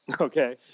Okay